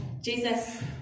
Jesus